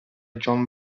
john